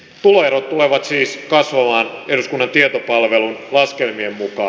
tuloerot tulevat siis kasvamaan eduskunnan tietopalvelun laskelmien mukaan